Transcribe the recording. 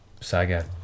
Saga